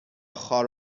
خار